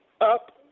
up